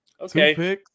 Okay